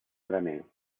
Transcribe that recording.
graner